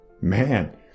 man